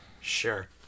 Sure